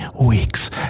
weeks